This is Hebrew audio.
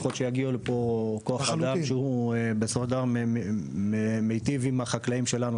אז שלפחות יגיע לפה כוח אדם שבסופו של דבר מיטיב עם החקלאים שלנו,